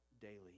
daily